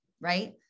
right